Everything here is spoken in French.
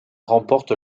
remporte